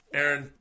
Aaron